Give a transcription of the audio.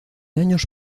años